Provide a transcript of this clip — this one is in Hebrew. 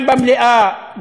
גם במליאה,